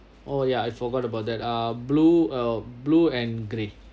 oh ya I forgot about that uh blue err blue and grey